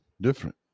different